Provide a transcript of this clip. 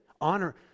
Honor